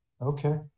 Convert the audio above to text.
Okay